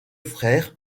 frères